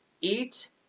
Eat